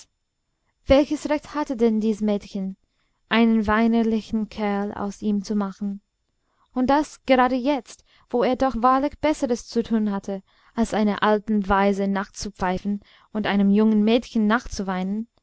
welches recht hatte denn dies mädchen einen weinerlichen kerl aus ihm zu machen und das gerade jetzt wo er doch wahrlich besseres zu tun hatte als einer alten weise nachzupfeifen und einem jungen mädchen nachzuweinen